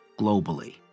globally